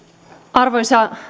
arvoisa